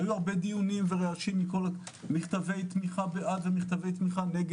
היו הרבה דיונים ורעשים, מכתבי תמיכה בעד ונגד.